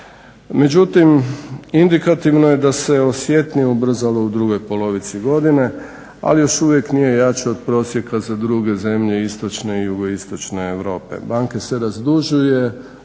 Međutim indikativno da je osjetnije ubrzalo u drugoj polovici godine ali još uvijek nije jače od prosjeka za druge zemlje Istočne i Jugoistočne Europe. Banke se razdužuju